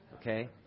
Okay